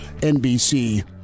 NBC